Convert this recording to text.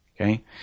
Okay